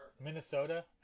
Minnesota